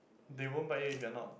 they won't bite you if you're not